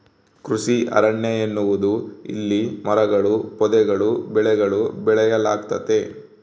ಕೃಷಿ ಅರಣ್ಯ ಎನ್ನುವುದು ಇಲ್ಲಿ ಮರಗಳೂ ಪೊದೆಗಳೂ ಬೆಳೆಗಳೂ ಬೆಳೆಯಲಾಗ್ತತೆ